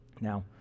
now